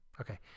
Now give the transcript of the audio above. Okay